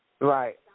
Right